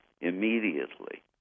immediately